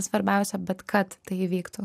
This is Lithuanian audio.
svarbiausia bet kad tai įvyktų